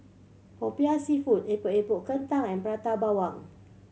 Popiah Seafood Epok Epok Kentang and Prata Bawang